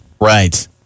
right